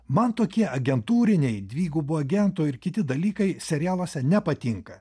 man tokie agentūriniai dvigubo agento ir kiti dalykai serialuose nepatinka